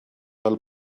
fel